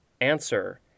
Answer